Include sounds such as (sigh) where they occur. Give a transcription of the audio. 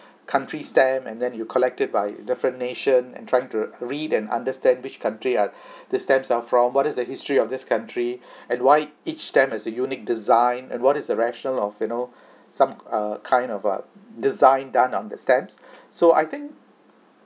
countries stamp and then you collect it by different nation and trying to read and understand which country are (breath) the stamps are from what is the history of this country (breath) and why each stamp has a unique design and what is the rational of you know some uh kind of uh design done on the stamps so I think